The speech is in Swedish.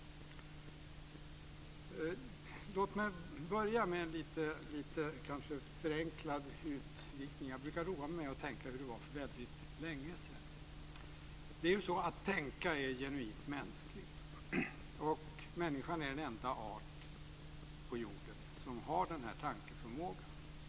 Låt mig börja med en kanske lite förenklad utvikning. Jag brukar roa mig med att tänka hur det var för väldigt länge sedan. Att tänka är ju genuint mänskligt. Och människan är den enda art på jorden som har denna tankeförmåga.